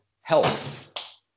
health